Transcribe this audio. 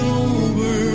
over